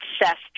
obsessed